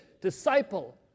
disciple